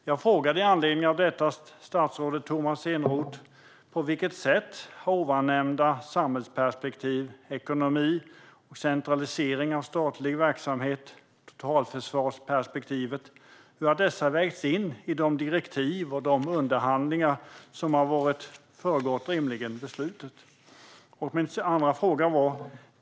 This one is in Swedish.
Jag frågade med anledning av detta statsrådet Tomas Eneroth: På vilket sätt har samtliga ovan nämnda samhällsperspektiv ekonomi totalförsvar vägts in i direktiv och beslut inför det att beslutet fattats?